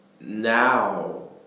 Now